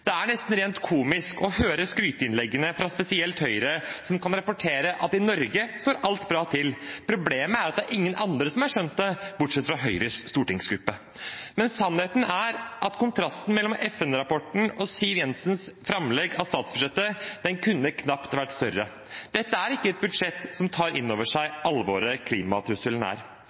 Det er nesten rent komisk å høre skryteinnleggene fra spesielt Høyre, som kan rapportere at i Norge står alt bra til. Problemet er at det er ingen andre som har skjønt det, bortsett fra Høyres stortingsgruppe. Sannheten er at kontrasten mellom FN-rapporten og Siv Jensens framlegg av statsbudsjettet, kunne knapt vært større. Dette er ikke et budsjett som tar innover seg det alvoret som klimatrusselen er.